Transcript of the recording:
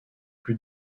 plus